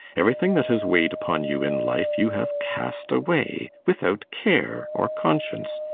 everything that has weighed upon you in life you have cast away without care or conscience,